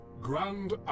grand